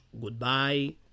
goodbye